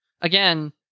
again